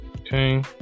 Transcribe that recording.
Okay